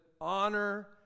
honor